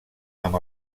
amb